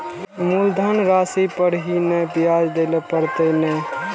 मुलधन राशि पर ही नै ब्याज दै लै परतें ने?